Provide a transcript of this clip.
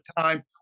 time